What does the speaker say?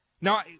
Now